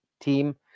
team